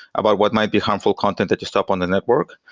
about what might be harmful content that you stop on the network,